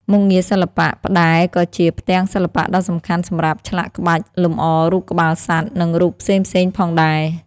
មុខងារសិល្បៈ ផ្តែរក៏ជា ផ្ទាំងសិល្បៈដ៏សំខាន់សម្រាប់ឆ្លាក់ក្បាច់លម្អរូបក្បាលសត្វ និងរូបផ្សេងៗ ផងដែរ។